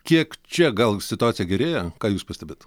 kiek čia gal situacija gerėja ką jūs pastebit